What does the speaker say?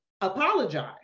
apologize